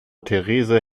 therese